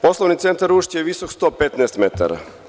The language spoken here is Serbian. Poslovni centar „Ušće“ je visok 115 metara.